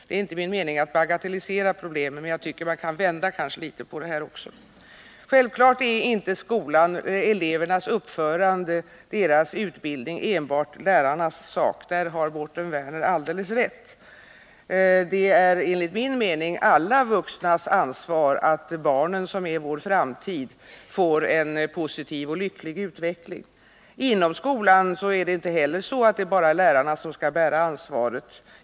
Det är inte min mening att bagatellisera problemen, men jag tycker att man också kan vända på det här litet grand. Självfallet är inte elevernas uppförande och deras utbildning enbart lärarnas sak. Där har Mårten Werner alldeles rätt. Enligt min mening har alla vuxna ett ansvar för att barnen, som är vår framtid, får en positiv och lycklig utveckling. Inom skolan är det inte heller så, att bara lärarna skall bära ansvaret.